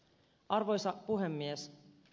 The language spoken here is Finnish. arvoisa puhemies